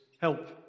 help